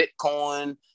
Bitcoin